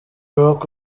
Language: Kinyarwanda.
rock